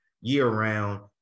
year-round